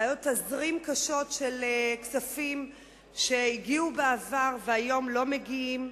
בבעיות תזרים קשות של כספים שהגיעו בעבר והיום לא מגיעים.